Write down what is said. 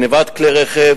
גנבת כלי רכב